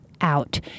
out